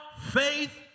faith